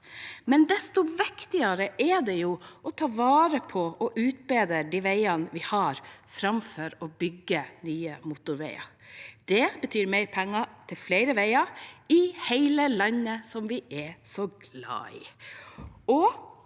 dag. Desto viktigere er det å ta vare på og utbedre de veiene vi har, framfor å bygge nye motorveier. Det betyr mer penger til flere veier i hele landet som vi er så glad i.